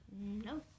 No